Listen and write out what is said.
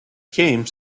came